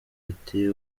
ati